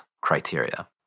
criteria